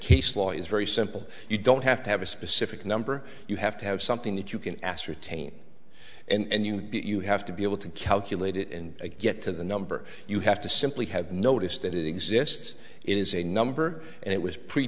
case law is very simple you don't have to have a specific number you have to have something that you can ascertain and you have to be able to calculate it in a get to the number you have to simply have noticed that it exists it is a number and it was